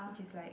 which is like